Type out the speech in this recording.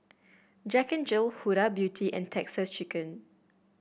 Jack Jill Huda Beauty and Texas Chicken